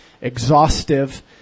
exhaustive